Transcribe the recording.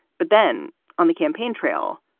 but then on the campaign trail,